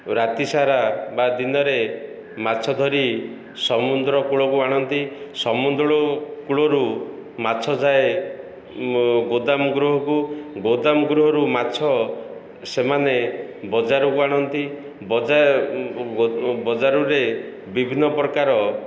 ରାତି ସାରା ବା ଦିନରେ ମାଛ ଧରି ସମୁଦ୍ର କୂଳକୁ ଆଣନ୍ତି ସମୁଦ୍ର କୂଳରୁ ମାଛ ଯାଏ ଗୋଦାମ ଗୃହକୁ ଗୋଦାମ ଗୃହରୁ ମାଛ ସେମାନେ ବଜାରକୁ ଆଣନ୍ତି ବଜା ବଜାରରେ ବିଭିନ୍ନ ପ୍ରକାର